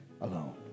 alone